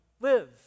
live